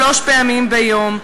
שלוש פעמים ביום.